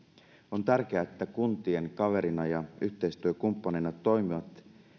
on tärkeää että kuntien kaverina ja yhteistyökumppaneina toimivat